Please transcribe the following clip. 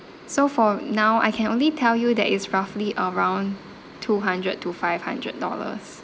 so for now I can only tell you that is roughly around two hundred to five hundred dollars